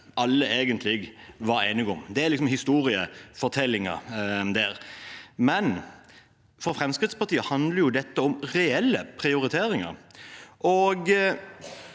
alle egentlig var enige om. Det er historiefortellingen. For Fremskrittspartiet handler dette om reelle prioriteringer. Vi